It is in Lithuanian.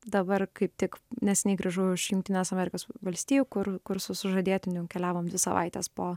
dabar kaip tik neseniai grįžau iš jungtinės amerikos valstijų kur kur su sužadėtiniu keliavom dvi savaites po